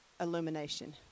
illumination